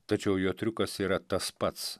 tačiau jo triukas yra tas pats